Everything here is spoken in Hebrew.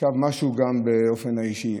עכשיו משהו גם באופן אישי.